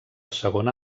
segona